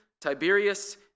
Tiberius